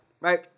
right